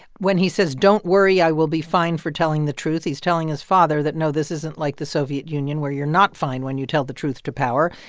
when he says, don't worry, i will be fine for telling the truth, he's telling his father that no, this isn't like the soviet union where you're not fine when you tell the truth to power.